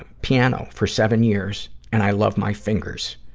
ah piano, for seven years, and i love my fingers.